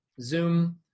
Zoom